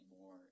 more